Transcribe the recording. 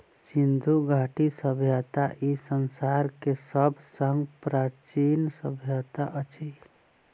सिंधु घाटी सभय्ता ई संसार के सब सॅ प्राचीन सभय्ता अछि